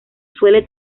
suele